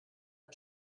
ein